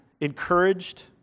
encouraged